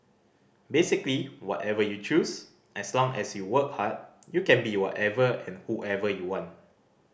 basically whatever you choose as long as you work hard you can be whatever and whoever you want